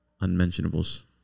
Unmentionables